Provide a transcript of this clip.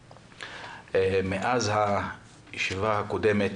היום 24 בנובמבר 2020. מאז הישיבה הקודמת